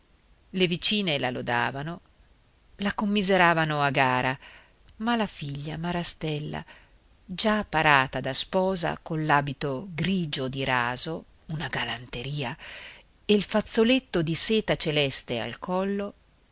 le vicine la lodavano la commiseravano a gara ma la figlia marastella già parata da sposa con l'abito grigio di raso una galanteria e il fazzoletto di seta celeste al collo